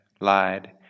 lied